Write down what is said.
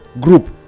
Group